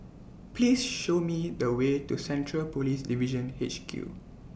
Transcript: Please Show Me The Way to Central Police Division H Q